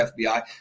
FBI